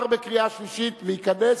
נתקבל.